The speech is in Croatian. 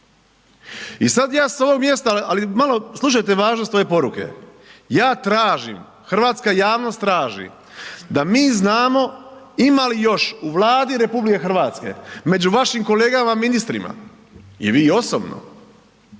I sad ja s ovog mjesta, ali malo, slušajte važnost ove poruke. Ja tražim, hrvatska javnost traži da mi znamo ima li još u Vladi RH među vašim kolegama ministrima i vi osobno,